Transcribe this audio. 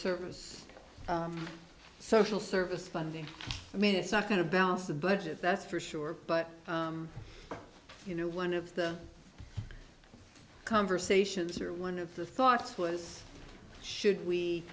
service social service funding i mean it's not going to balance the budget that's for sure but you know one of the conversations or one of the thoughts was should we